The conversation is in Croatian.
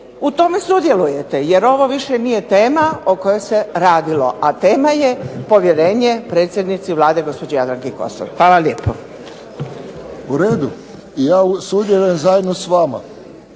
u tome sudjelujete jer ovo više nije tema o kojoj se radilo. A tema je povjerenje predsjednici Vlade gospođi Jadranki Kosor. Hvala lijepo. **Friščić, Josip (HSS)** U redu, ja sudjelujem zajedno s vama